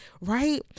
right